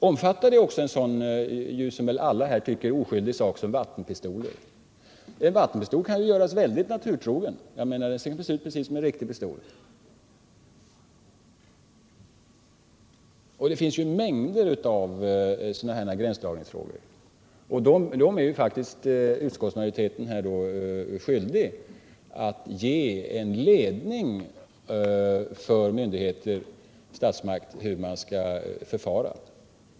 Omfattar det också en sådan, som väl alla här tycker, oskyldig sak som vattenpistoler? En vattenpistol kan ju göras väldigt naturtrogen och se ut precis som en riktig pistol. Det finns mängder av sådana här gränsdragningsfrågor, och utskottsma joriteten är faktiskt skyldig att ge en ledning för hur myndigheterna och Nr 120 statsmakterna skall förfara.